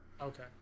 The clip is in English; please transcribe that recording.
Okay